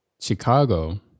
Chicago